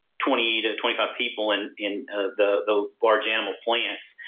twenty to and twenty five people in in ah the the large animal plants.